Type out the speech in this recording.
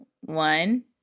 one